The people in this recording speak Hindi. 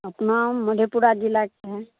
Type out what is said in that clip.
अपना मधेपुरा ज़िला के हैं